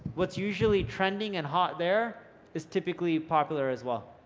what's usually trending and hot there is typically popular as well.